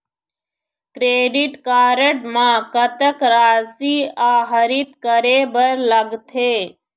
Credit card म कतक राशि आहरित करे बर लगथे?